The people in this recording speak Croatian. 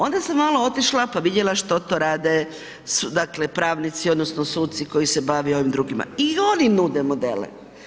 Onda sam malo otišla pa vidjela što to rade pravnici odnosno suci koji se bave ovim drugima, i oni nude modele.